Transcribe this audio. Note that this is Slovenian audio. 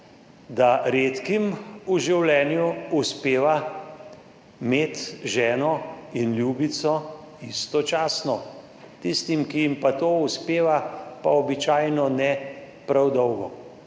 da redkim v življenju uspeva imeti ženo in ljubico istočasno, tistim, ki jim pa to uspeva, pa običajno ne prav dolgo.